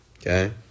Okay